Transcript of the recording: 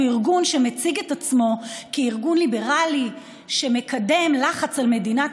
ארגון שמציג את עצמו כארגון ליברלי שמקדם לחץ על מדינת